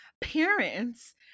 parents